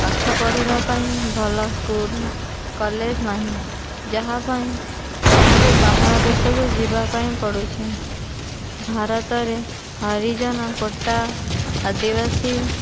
ପାଠ ପଢ଼ିବା ପାଇଁ ଭଲ ସ୍କୁଲ କଲେଜ ନାହିଁ ଯାହା ପାଇଁ ଆମକୁ ବାହାର ଦେଶକୁ ଯିବା ପାଇଁ ପଡ଼ୁଛି ଭାରତରେ ହରିଜନ କୋଟା ଆଦିବାସୀ